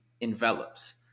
envelops